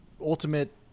ultimate